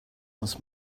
muss